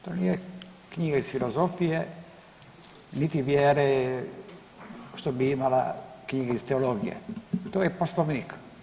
To nije knjiga iz filozofije niti vjere, što bi imale knjige iz teologije, to je Poslovnik.